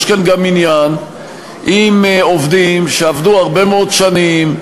יש כאן גם עניין עם עובדים שעבדו הרבה מאוד שנים,